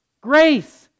Grace